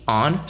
on